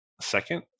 second